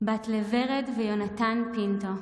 בת לורד ויונתן פינטו,